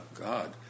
God